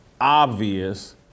obvious